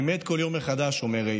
אני מת כל יום מחדש, אומר ר'.